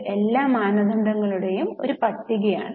ഇത് എല്ലാ മാനദണ്ഡങ്ങളുടെയും പട്ടികയാണ്